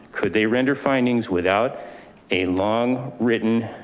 could they render findings without a long written.